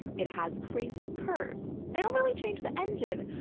it has crazy curves. they don't really change the engine.